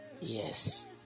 Yes